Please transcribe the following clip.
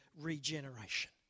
regeneration